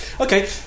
Okay